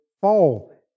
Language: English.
fall